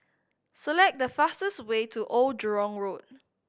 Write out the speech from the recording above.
select the fastest way to Old Jurong Road